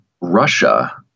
Russia